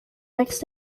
next